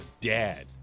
dad